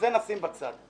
את זה נשים בצד.